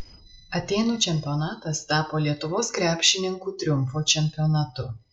atėnų čempionatas tapo lietuvos krepšininkų triumfo čempionatu